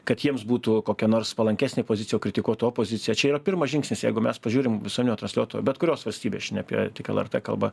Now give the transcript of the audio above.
kad jiems būtų kokia nors palankesnė pozicija kritikuot opoziciją čia yra pirmas žingsnis jeigu mes pažiūrim visonio transliuotojo bet kurios valstybės šne apie tik lrt kalba